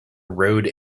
road